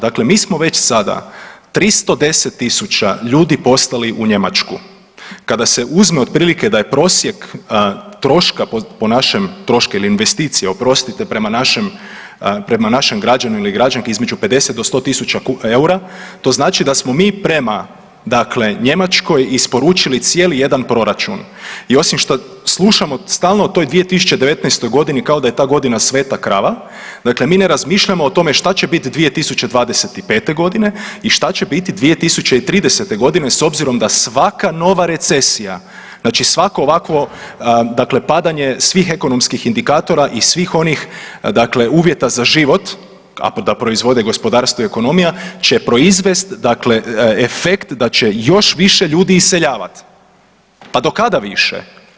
Dakle, mi smo već sada 310.000 ljudi poslali u Njemačku, kada se uzme otprilike da je prosjek troška po našem, troška ili investicije, oprostite, prema našem, prema našem građanu ili građanki između 50 do 100.000 EUR-a, to znači da smo mi prema dakle Njemačkoj isporučili cijeli jedan proračun i osim što slušamo stalno o toj 2019.g. kao da je ta godina sveta krava, dakle mi ne razmišljamo o tome šta će bit 2025.g. i šta će bit 2030.g. s obzirom da svaka nova recesija, znači svako ovakvo dakle padanje svih ekonomskih indikatora i svih onih dakle uvjeta za život, a da proizvode gospodarstvo i ekonomija, će proizvest dakle efekt da će još više ljudi iseljavat, pa do kada više?